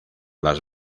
las